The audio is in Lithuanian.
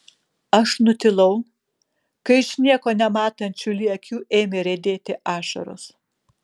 aš nutilau kai iš nieko nematančių li akių ėmė riedėti ašaros